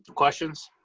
questions